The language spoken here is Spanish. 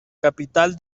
capital